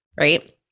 right